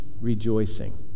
rejoicing